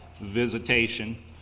visitation